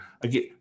again